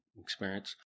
experience